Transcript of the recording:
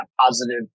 positive